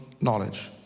knowledge